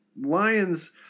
Lions